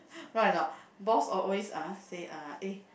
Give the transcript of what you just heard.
right or not boss al~ uh always say uh eh